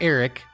Eric